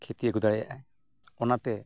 ᱠᱷᱮᱛᱤ ᱟᱹᱜᱩ ᱫᱟᱲᱮᱭᱟᱜᱼᱟᱭ ᱚᱱᱟᱛᱮ